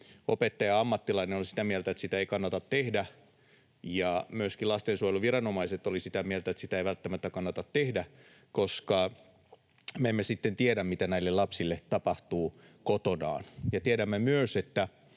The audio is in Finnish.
opettaja ja ammattilainen oli sitä mieltä, että sitä ei kannata tehdä, ja myöskin lastensuojeluviranomaiset olivat sitä mieltä, että sitä ei välttämättä kannata tehdä, koska me emme sitten tiedä, mitä näille lapsille tapahtuu kotona. Tiedämme myös, että